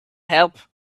help